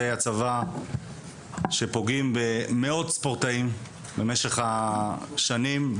הצבא שפוגעים במאות ספורטאים במשך השנים,